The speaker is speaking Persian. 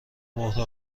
مهره